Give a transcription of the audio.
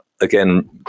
again